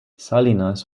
salinas